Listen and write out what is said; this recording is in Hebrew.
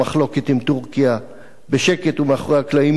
עם טורקיה בשקט ומאחורי הקלעים נדחו,